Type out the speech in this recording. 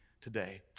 today